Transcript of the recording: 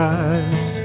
eyes